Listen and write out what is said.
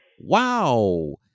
Wow